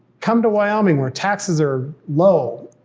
come to wyoming, where taxes are low.